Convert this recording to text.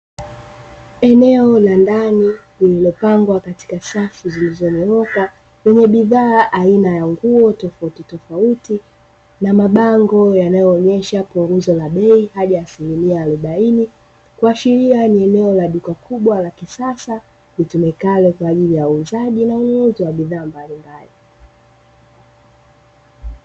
Eneo la ndani lililopangwa katika safu zilizonyooka, lenye bidhaa aina ya huduma tofauti tofauti na mabango yanayoonesha punguzo la bei, hadi asimilimia arobaini, kuashiria ni eneo la duka kubwa la kisasa litumikalo kwa ajili ya huzajia na ununuzi wa bidhaa mbalimbali.